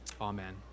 amen